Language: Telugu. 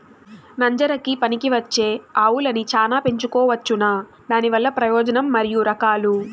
నంజరకి పనికివచ్చే ఆవులని చానా పెంచుకోవచ్చునా? దానివల్ల ప్రయోజనం మరియు రకాలు?